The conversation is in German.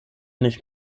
nicht